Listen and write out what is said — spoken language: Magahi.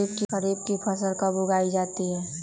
खरीफ की फसल कब उगाई जाती है?